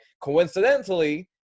coincidentally